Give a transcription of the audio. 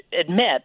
admit